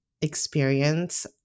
experience